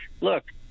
look